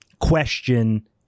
question